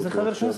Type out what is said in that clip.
איזה חבר כנסת?